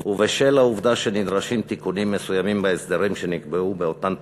ובשל העובדה שנדרשים תיקונים מסוימים בהסדרים שנקבעו באותן תקנות,